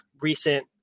recent